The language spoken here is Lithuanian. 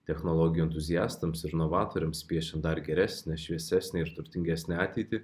technologijų entuziastams ir novatoriams piešia dar geresnę šviesesnę ir turtingesnę ateitį